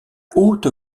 haute